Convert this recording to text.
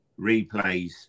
replays